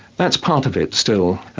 that's part of it still.